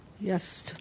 Yes